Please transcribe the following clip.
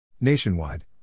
Nationwide